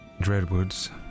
Dreadwoods